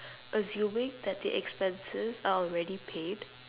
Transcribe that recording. assuming that the expenses are already paid